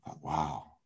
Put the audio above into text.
Wow